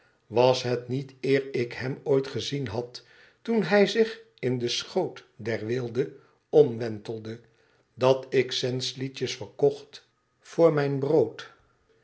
was het niet eer ik hem ooit gezien had toen hij zich in den schoot der weelde omwentelde dat ik centsliedjes verkocht voor mijn brood